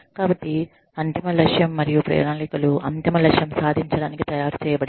కాబట్టి అంతిమ లక్ష్యం మరియు ప్రణాళికలు అంతిమ లక్ష్యం సాధించడానికి తయారు చేయబడినవి